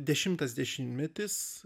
dešimtas dešimtmetis